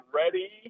ready